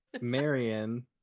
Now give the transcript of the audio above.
Marion